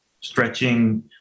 stretching